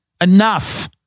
Enough